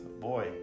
Boy